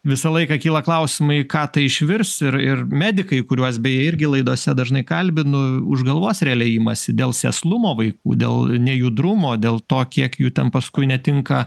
visą laiką kyla klausimai ką tai išvirs ir ir medikai kuriuos beje irgi laidose dažnai kalbinu už galvos realiai imasi dėl sėslumo vaikų dėl nejudrumo dėl to kiek jų ten paskui netinka